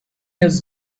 else